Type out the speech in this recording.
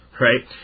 right